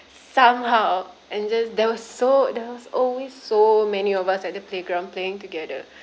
somehow and just there was so there's always so many of us at the playground playing together